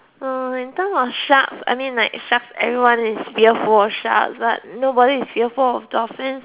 uh in terms of sharks I mean like sharks everyone is fearful of sharks but nobody is fearful of dolphin